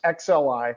xli